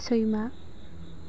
सैमा